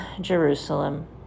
Jerusalem